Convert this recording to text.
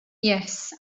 yes